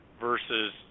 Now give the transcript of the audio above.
versus